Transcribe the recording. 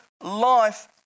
life